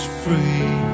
free